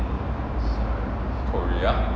korea